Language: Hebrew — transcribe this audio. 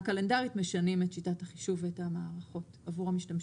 קלנדרית משנים את שיטת החישוב ואת המערכות עבור המשתמשים.